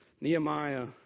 Nehemiah